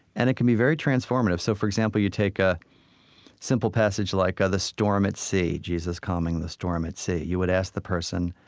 and it can be very transformative. so for example, you take a simple passage like the storm at sea, jesus calming the storm at sea you would ask the person,